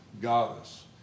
goddess